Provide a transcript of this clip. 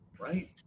right